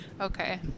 Okay